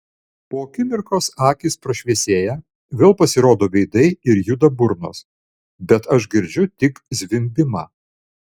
po akimirkos akys prašviesėja vėl pasirodo veidai ir juda burnos bet aš girdžiu tik zvimbimą